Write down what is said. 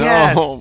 Yes